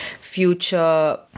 future